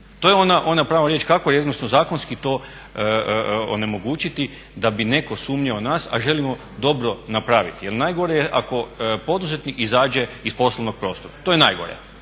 To je ona prava riječ kako jednostavno zakonski to onemogućiti da bi netko sumnjao u nas, a želimo dobro napraviti. Jer najgore je ako poduzetnik izađe iz poslovnog prostora, to je najgore,